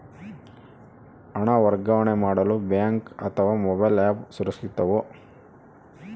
ಹಣ ವರ್ಗಾವಣೆ ಮಾಡಲು ಬ್ಯಾಂಕ್ ಅಥವಾ ಮೋಬೈಲ್ ಆ್ಯಪ್ ಸುರಕ್ಷಿತವೋ?